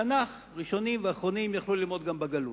תנ"ך, ראשונים ואחרונים יכלו ללמוד גם בגלות.